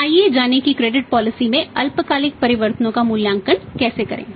तो आइए जानें कि क्रेडिट पॉलिसी में अल्पकालिक परिवर्तनों का मूल्यांकन कैसे करें